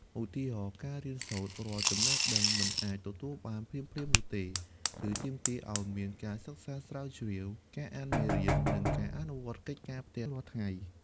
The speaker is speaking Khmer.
ឧទាហរណ៍ ការរៀនសូត្រ រាល់ចំណេះដឹងមិនអាចទទួលបានភ្លាមៗនោះទេ គឺទាមទារឱ្យមានការសិក្សាស្រាវជ្រាវ ការអានមេរៀន និងការអនុវត្តកិច្ចការផ្ទះរាល់ថ្ងៃ។